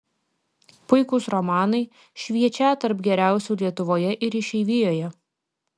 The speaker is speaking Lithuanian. puikūs romanai šviečią tarp geriausių lietuvoje ir išeivijoje